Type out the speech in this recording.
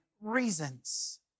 reasons